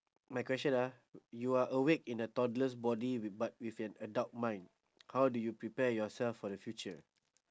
my question ah you are awake in a toddler's body with but with an adult mind how do you prepare yourself for the future